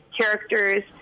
characters